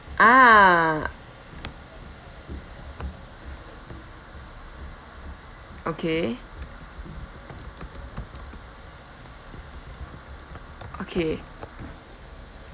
ah okay okay